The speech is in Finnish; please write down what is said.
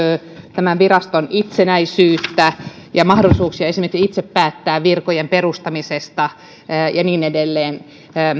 tämän viraston itsenäisyyttä ja mahdollisuuksia esimerkiksi itse päättää virkojen perustamisesta ja niin edelleen